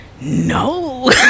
no